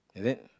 is it